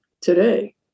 today